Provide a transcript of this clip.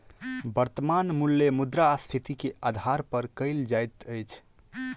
वर्त्तमान मूल्य मुद्रास्फीति के आधार पर कयल जाइत अछि